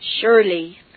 surely